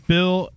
Bill